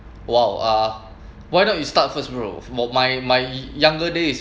!wow! uh why not you start first bro for my my younger days is